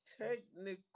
technically